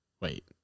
Wait